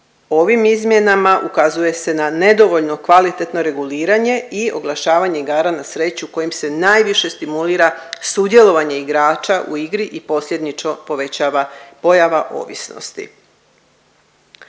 Ovim izmjenama ukazuje se na nedovoljno kvalitetno reguliranje i oglašavanje igara na sreću kojim se najviše stimulira sudjelovanje igrača u igri i posljedično povećava pojava ovisnosti.